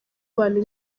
abantu